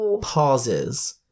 pauses